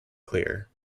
clear